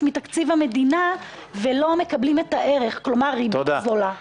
מתקציב המדינה ולא מקבלים את הערך כלומר ריבית זולה?